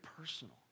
personal